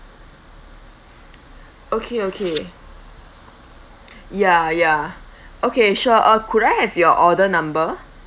okay okay ya ya okay sure uh could I have your order number